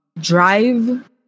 drive